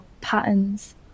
patterns